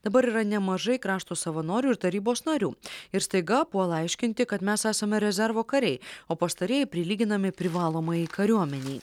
dabar yra nemažai krašto savanorių ir tarybos narių ir staiga puola aiškinti kad mes esame rezervo kariai o pastarieji prilyginami privalomajai kariuomenei